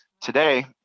today